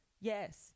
Yes